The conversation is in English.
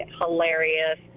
hilarious